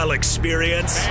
experience